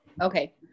Okay